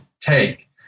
take